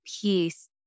peace